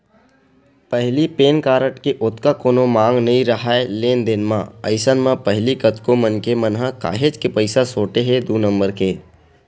पहिली pan card के ओतका कोनो मांग नइ राहय लेन देन म, अइसन म पहिली कतको मनखे मन ह काहेच के पइसा सोटे हे दू नंबर के